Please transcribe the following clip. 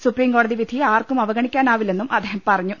സുപ്രീംകോടതി വിധി ആർക്കും അവഗണിക്കാനാവില്ലെന്നും അദ്ദേഹം പറഞ്ഞു